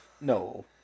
No